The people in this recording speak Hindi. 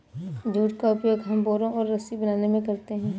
जूट का उपयोग हम बोरा और रस्सी बनाने में करते हैं